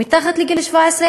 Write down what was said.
ומתחת לגיל 17,